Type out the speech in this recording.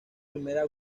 primera